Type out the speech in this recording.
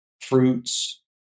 fruits